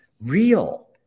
Real